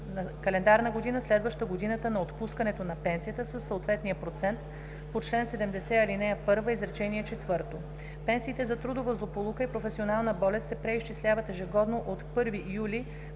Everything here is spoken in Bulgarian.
календарна година, следваща годината на отпускането на пенсията, със съответния процент по чл. 70, ал. 1, изречение четвърто. Пенсиите за трудова злополука и професионална болест се преизчисляват ежегодно от 1 юли